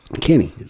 kenny